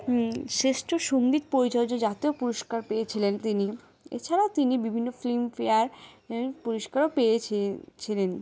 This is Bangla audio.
শ্রেষ্ঠ সঙ্গীত পরিচালক হিসেবে জাতীয় পুরস্কার পেয়েছিলেন তিনি এছাড়াও তিনি বিভিন্ন ফিল্ম ফেয়ার পুরস্কারও পেয়েছেন